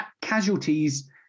Casualties